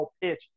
pitch